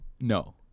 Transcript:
No